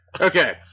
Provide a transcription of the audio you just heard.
Okay